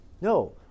No